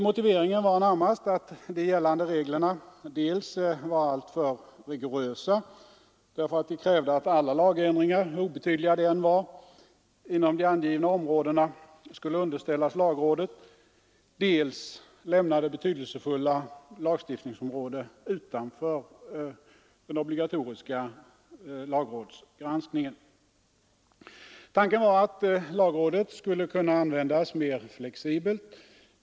Motiveringen var närmast att de gällande reglerna dels var alltför rigorösa, eftersom de stadgade att alla lagändringar — hur obetydliga de än var — inom de angivna områdena skulle underställas lagrådet, dels lämnade betydelsefulla lagstiftningsområden utanför den obligatoriska lagrådsgranskningen. Tanken var att lagrådet skulle kunna användas mer flexibelt.